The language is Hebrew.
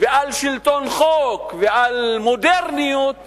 ועל שלטון חוק ועל מודרניות